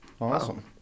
awesome